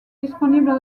disponibles